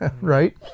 right